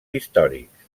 històrics